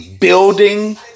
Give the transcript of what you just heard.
building